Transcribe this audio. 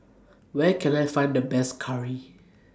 Where Can I Find The Best Curry